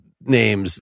names